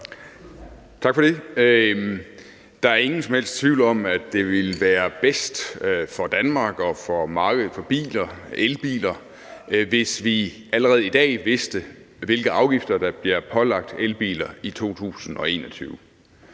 Tak for det. Der er ingen som helst tvivl om, at det ville være bedst for Danmark og for markedet for elbiler, hvis vi allerede i dag vidste, hvilke afgifter der ville blive pålagt elbiler